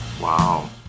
Wow